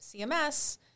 CMS